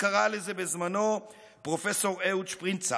קרא לזה בזמנו פרופ' אהוד שפרינצק,